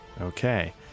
Okay